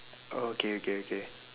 oh okay okay okay